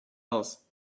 else